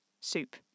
Soup